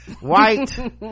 white